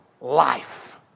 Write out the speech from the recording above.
life